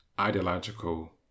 ideological